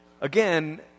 Again